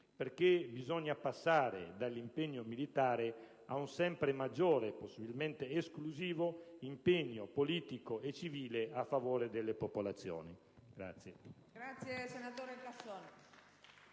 perché bisogna passare dall'impegno militare a un sempre maggiore e possibilmente esclusivo impegno politico e sociale a favore delle popolazioni civili.